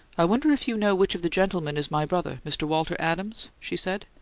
i wonder if you know which of the gentlemen is my brother, mr. walter adams, she said.